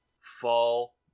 fall